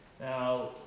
Now